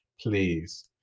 please